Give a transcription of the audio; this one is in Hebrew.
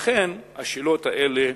לכן השאלות האלה,